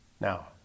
Now